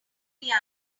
piano